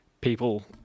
people